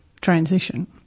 transition